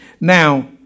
Now